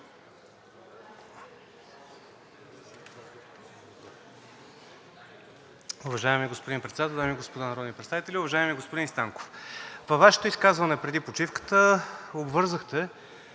във Вашето изказване преди почивката обвързахте,